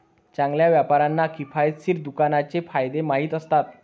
चांगल्या व्यापाऱ्यांना किफायतशीर दुकानाचे फायदे माहीत असतात